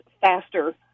faster